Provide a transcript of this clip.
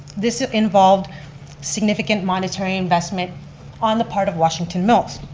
this ah involved significant monetary investment on the part of washington mills.